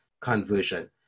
conversion